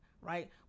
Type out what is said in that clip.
right